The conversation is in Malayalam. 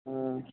ഉം